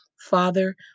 Father